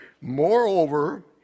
Moreover